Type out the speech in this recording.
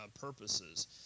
purposes